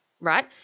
Right